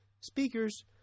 Speakers